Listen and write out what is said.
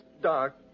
dark